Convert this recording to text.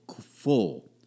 full